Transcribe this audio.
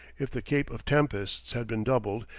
if the cape of tempests had been doubled,